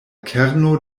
kerno